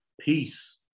Peace